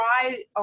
try